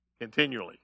continually